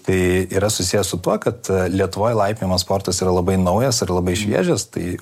tai yra susiję su tuo kad lietuvoj laipiojimo sportas yra labai naujas ir labai šviežias tai